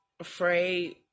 Afraid